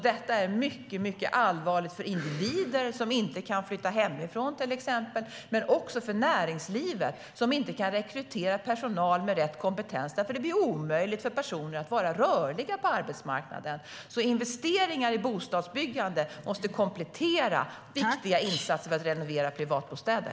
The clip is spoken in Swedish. Detta är mycket, mycket allvarligt för individer som inte kan flytta hemifrån till exempel men också för näringslivet som inte kan rekrytera personal med rätt kompetens, eftersom det blir omöjligt för personer att vara rörliga på arbetsmarknaden. Investeringar i bostadsbyggande måste komplettera viktiga insatser för att renovera privatbostäder.